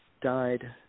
died